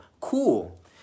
Cool